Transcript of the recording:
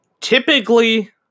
Typically